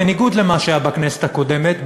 בניגוד למה שהיה בכנסת הקודמת,